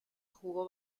jugó